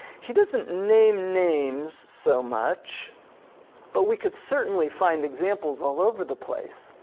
he doesn't name names so much but we could certainly find examples all over the place.